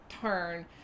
turn